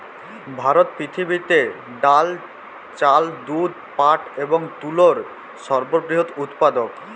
ভারত পৃথিবীতে ডাল, চাল, দুধ, পাট এবং তুলোর সর্ববৃহৎ উৎপাদক